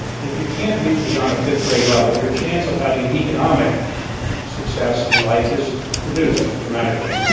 if you can't read beyond a fifth grade level your chance of having and economic success in life is reduced dramatically.